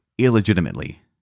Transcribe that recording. illegitimately